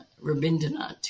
Rabindranath